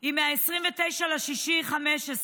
היא מ-29 ביוני 2015,